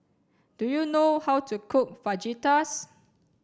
do you know how to cook Fajitas